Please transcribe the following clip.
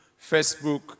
Facebook